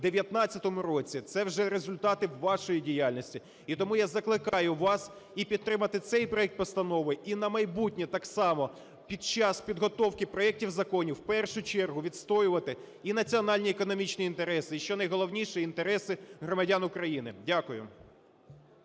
2019 році. Це вже результати вашої діяльності, і тому я закликаю вас і підтримати цей проект постанови. І на майбутнє так само, під час підготовки проектів законів в першу чергу відстоювати і національні економічні інтереси, і, що найголовніше, інтереси громадян України. Дякую.